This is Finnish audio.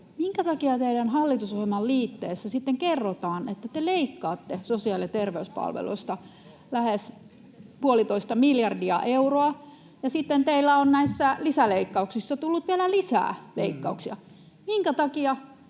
Minkä takia teidän hallitusohjelman liitteessä sitten kerrotaan, että te leikkaatte sosiaali- ja terveyspalveluista lähes puolitoista miljardia euroa, ja sitten teillä on näissä lisäleikkauksissa tullut vielä lisää leikkauksia?